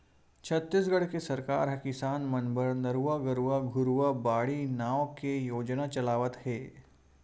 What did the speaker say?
छत्तीसगढ़ के सरकार ह किसान मन बर नरूवा, गरूवा, घुरूवा, बाड़ी नांव के योजना चलावत हे